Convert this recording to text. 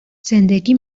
زندگی